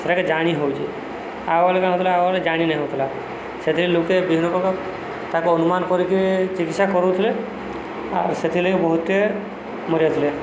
ସେଟାକେ ଜାଣି ହେଉଛି ଆଗରୁ କାଁ ହେଉଥିଲା ଆଗରୁ ଜାଣି ନାଇଁ ହଉଥିଲା ସେଥିରେ ଲୋକେ ବିଭିନ୍ନ ପ୍ରକାର ତାକୁ ଅନୁମାନ କରିକି ଚିକିତ୍ସା କରୁଥିଲେ ଆଉର୍ ସେଥିରଲାଗି ବହୁତଟେ ମରିଯାଉଥିଲେ